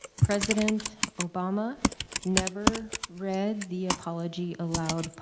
president obama never read the apology aloud,